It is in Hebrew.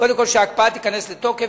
קודם כול שההקפאה תיכנס לתוקף.